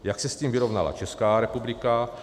Jak se s tím vyrovnala Česká republika?